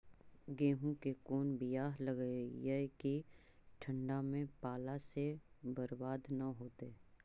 गेहूं के कोन बियाह लगइयै कि ठंडा में पाला से बरबाद न होतै?